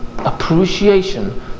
appreciation